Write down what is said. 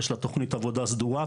יש לה תוכנית עבודה סדורה,